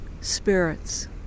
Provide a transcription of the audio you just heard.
spirits